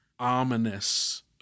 ominous